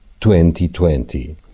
2020